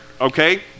okay